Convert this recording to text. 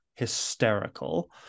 hysterical